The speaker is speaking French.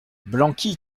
blanqui